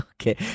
Okay